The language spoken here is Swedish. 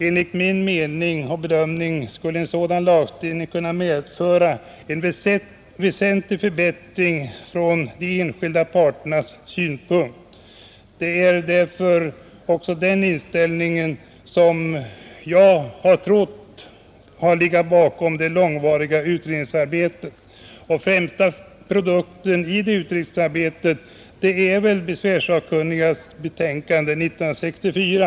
Enligt min bedömning skulle en sådan lagstiftning kunna medföra en väsentlig förbättring från de enskilda parternas synpunkt. Det är också den inställningen som torde ligga bakom det långvariga utredningsarbetet. Den främsta produkten av detta arbete var väl besvärssakkunnigas betänkande 1964.